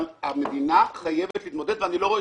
אבל המדינה חייבת להתמודד ואני לא רואה